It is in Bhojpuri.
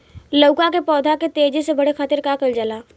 लउका के पौधा के तेजी से बढ़े खातीर का कइल जाला?